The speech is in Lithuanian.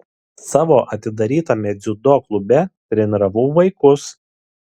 savo atidarytame dziudo klube treniravau vaikus